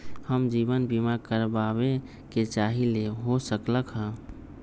हम जीवन बीमा कारवाबे के चाहईले, हो सकलक ह?